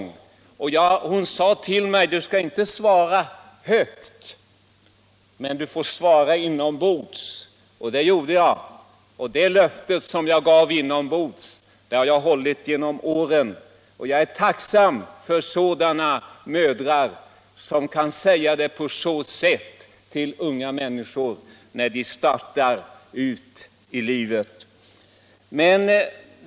Du skall inte svara högt, utan du får svara inombords.” Det gjorde jag, och det löfte som jag gav inombords har jag hållit genom åren. Jag är tacksam för mödrar som kan tala så till unga människor när de skall gå ut i livet.